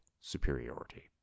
superiority